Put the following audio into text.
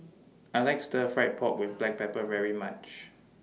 I like Stir Fried Pork with Black Pepper very much